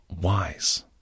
wise